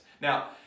Now